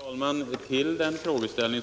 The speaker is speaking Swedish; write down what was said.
Herr talman! Till den frågeställning